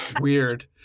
weird